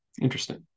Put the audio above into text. Interesting